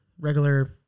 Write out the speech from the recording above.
regular